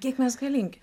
kiek mes galingi